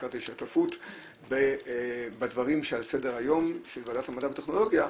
שותפות בדברים שעל סדר היום של ועדת המדע והטכנולוגיה,